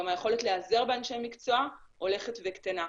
גם היכולת להיעזר באנשי מקצוע הולכת וקטנה.